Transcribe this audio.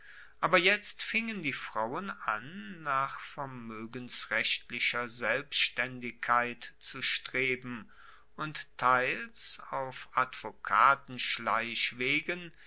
aber jetzt fingen die frauen an nach vermoegensrechtlicher selbstaendigkeit zu streben und teils auf